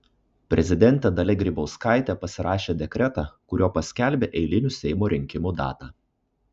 prezidentė dalia grybauskaitė pasirašė dekretą kuriuo paskelbė eilinių seimo rinkimų datą